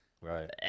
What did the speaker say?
Right